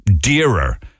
dearer